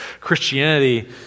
Christianity